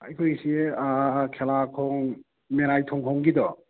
ꯑꯩꯈꯣꯏꯒꯤꯁꯤ ꯈꯦꯂꯥꯈꯣꯡ ꯃꯦꯔꯥꯏꯊꯣꯡꯈꯣꯡꯒꯤꯗꯣ